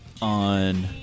On